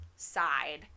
Side